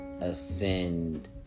offend